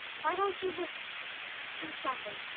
why don't you just do something?